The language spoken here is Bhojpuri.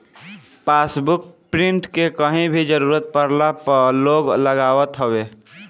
पासबुक प्रिंट के कहीं भी जरुरत पड़ला पअ लोग लगावत हवे